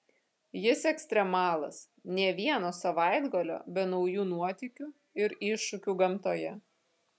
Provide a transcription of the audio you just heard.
jis ekstremalas nė vieno savaitgalio be naujų nuotykių ir iššūkių gamtoje